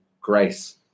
grace